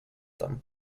them